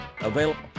available